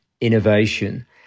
innovation